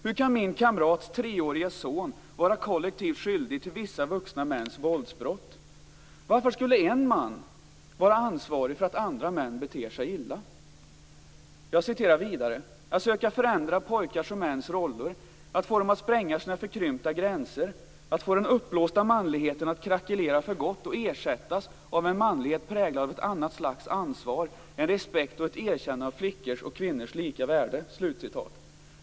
Hur kan min kamrats treårige son vara kollektivt skyldig till vissa vuxna mäns våldsbrott? Varför skulle en man vara ansvarig för att andra män beter sig illa? Margareta Winberg säger vidare: "Att söka förändra pojkars och mäns roller, att få dem att spränga sina förkrympta gränser. Att få den uppblåsta manligheten att krackelera för gott och ersättas av en manlighet präglad av ett annat slags ansvar, en respekt och ett erkännande av flickors och kvinnors lika värde."